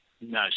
No